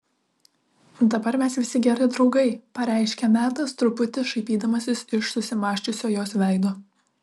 dabar mes visi geri draugai pareiškė metas truputį šaipydamasis iš susimąsčiusio jos veido